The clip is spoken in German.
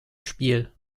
spiel